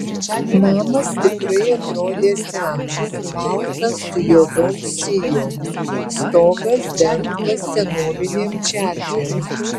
namas tikrai atrodė senas baltas su juodom sijom stogas dengtas senovinėm čerpėm